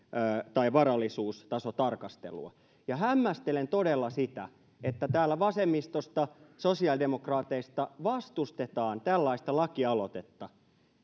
tai varallisuustasotarkastelua ja hämmästelen todella sitä että täällä vasemmistosta sosiaalidemokraateista vastustetaan tällaista lakialoitetta